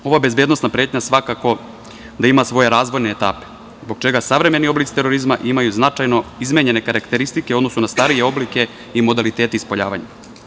Ova bezbednosna pretnja svakako da ima svoje razvojne etape, zbog čega savremeni oblici terorizma imaju značajno izmenjene karakteristike u odnosu na starije oblike i modalitete ispoljavanja.